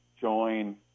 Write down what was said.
join